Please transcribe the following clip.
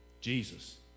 Jesus